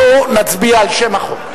אנחנו נצביע על שם החוק.